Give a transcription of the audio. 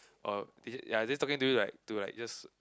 oh is it ya is it talking to you like to like just